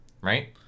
Right